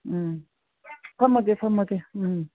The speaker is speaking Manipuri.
ꯎꯝ ꯐꯝꯃꯒꯦ ꯐꯝꯃꯒꯦ ꯎꯝ